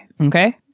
Okay